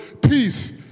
Peace